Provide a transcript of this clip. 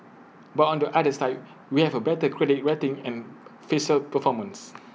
but on the other side we have A better credit rating and fiscal performance